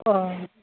অঁ